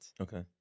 Okay